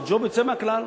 זה ג'וב יוצא מהכלל,